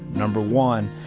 number one,